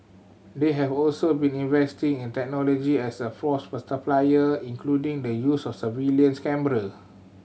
they have also been investing in technology as a force multiplier including the use of surveillance camera